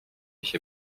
się